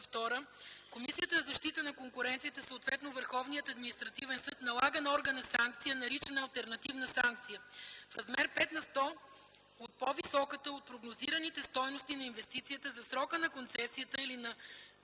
2 Комисията за защита на конкуренцията, съответно Върховният административен съд налага на органа санкция, наричана „алтернативна санкция”, в размер 5 на сто от по-високата от прогнозираните стойности на инвестицията за срока на концесията или на